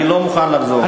אני לא מוכן לחזור,